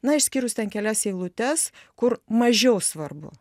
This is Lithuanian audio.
na išskyrus ten kelias eilutes kur mažiau svarbu